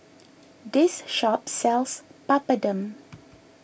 this shop sells Papadum